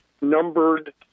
numbered